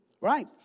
right